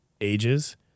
ages